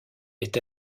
est